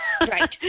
Right